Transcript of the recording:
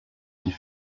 die